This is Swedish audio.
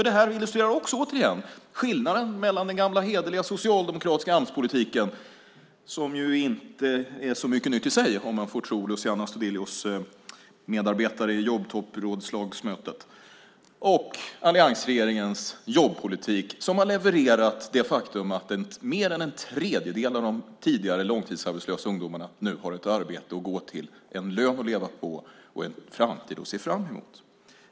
Detta illustrerar återigen skillnaden mellan den gamla hederliga socialdemokratiska Amspolitiken, som ju inte är så mycket nytt i sig om man får tro Luciano Astudillos medarbetare i jobbtopprådslagsmötet, och alliansregeringens jobbpolitik som har levererat det faktum att mer än en tredjedel av de tidigare långtidsarbetslösa ungdomarna nu har ett arbete att gå till, en lön att leva på och en framtid att se fram emot.